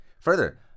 Further